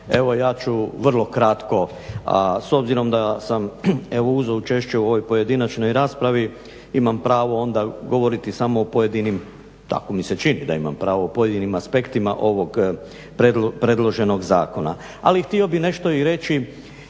Evo ja ću vrlo kratko. S obzirom da sam evo uzeo učešće u ovoj pojedinačnoj raspravi imam pravo onda govoriti samo o pojedinim, tako mi se čini da imam pravo, o pojedinim aspektima ovog predloženog zakona. Ali, htio bih nešto i reći